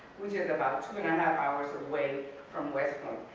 which is about two and a half hours away from west point,